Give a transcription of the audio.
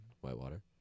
Whitewater